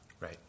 right